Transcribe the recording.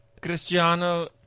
Cristiano